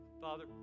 Father